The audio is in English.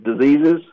diseases